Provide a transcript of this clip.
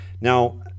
Now